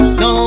no